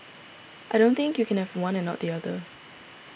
I don't think you can have one and not the other